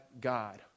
God